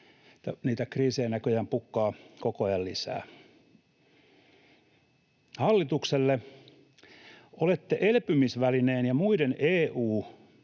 niitä kriisejä näköjään pukkaa koko ajan lisää. Hallitukselle: Olette elpymisvälineen ja muiden EU:n,